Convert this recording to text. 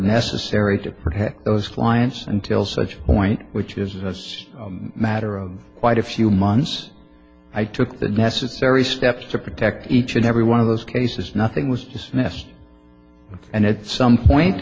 protect those clients until such a point which is a matter of quite a few months i took the necessary steps to protect each and every one of those cases nothing was dismissed and at some point